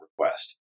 request